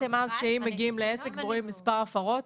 אם מגיעים לעסק ורואים מספר הפרות,